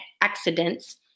Accidents